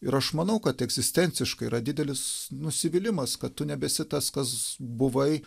ir aš manau kad egzistenciškai yra didelis nusivylimas kad tu nebesi tas kas buvai